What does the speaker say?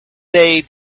day